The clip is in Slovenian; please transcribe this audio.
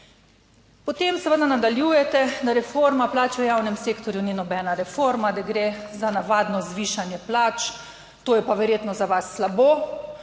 Potem seveda nadaljujete, da reforma plač v javnem sektorju ni nobena reforma, da gre za navadno zvišanje plač, to je pa verjetno za vas slabo.